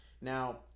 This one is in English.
Now